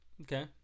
Okay